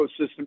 ecosystem